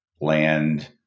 land